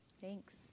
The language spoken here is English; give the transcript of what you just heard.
Thanks